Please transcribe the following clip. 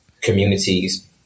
communities